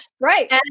right